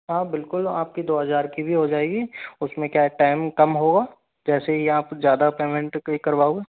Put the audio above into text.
हाँ बिल्कुल आपकी दो हजार की भी हो जाएगी उसमें क्या है टाइम कम होगा जैसे ही आप ज़्यादा पेमेट करवाओगे